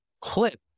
clip